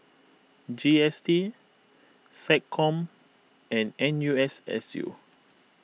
G S T SecCom and N U S S U